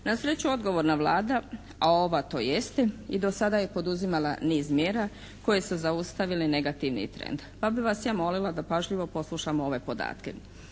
Na sreću odgovorna Vlada a ova to jeste i do sada je poduzimala niz mjera koje su zaustavile negativni trend pa bi vas ja molila da pažljivo poslušamo ove podatke.